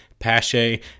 Pache